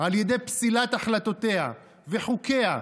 על ידי פסילת החלטותיה וחוקיה,